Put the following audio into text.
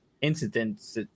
incidents